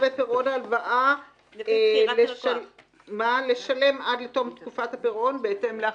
בפירעון ההלוואה לשלם עד לתום תקופת הפירעון בהתאם להחלטתו"